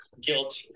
guilt